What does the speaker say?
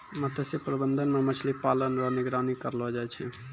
मत्स्य प्रबंधन मे मछली पालन रो निगरानी करलो जाय छै